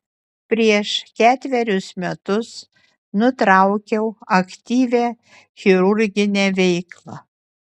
prieš ketverius metus nutraukiau aktyvią chirurginę veiklą